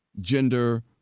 gender